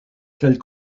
telle